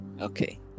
Okay